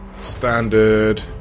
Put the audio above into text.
standard